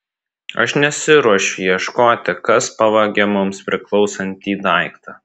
aš nesiruošiu ieškoti kas pavogė mums priklausantį daiktą